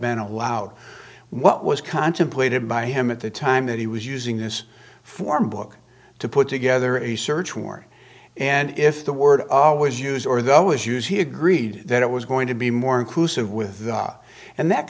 been allowed what was contemplated by him at the time that he was using this form book to put together a search warrant and if the word always used or they always use he agreed that it was going to be more inclusive with and that